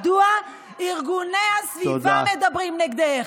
מדוע ארגוני הסביבה מדברים נגדך.